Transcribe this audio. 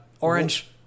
Orange